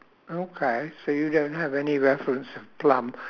okay so you don't have any reference of plum